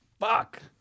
Fuck